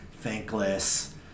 thankless